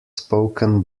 spoken